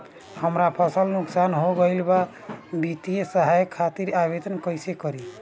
हमार फसल नुकसान हो गईल बा वित्तिय सहायता खातिर आवेदन कइसे करी?